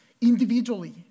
individually